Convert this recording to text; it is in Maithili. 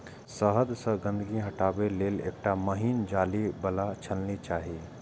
शहद सं गंदगी हटाबै लेल एकटा महीन जाली बला छलनी चाही